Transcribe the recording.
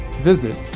visit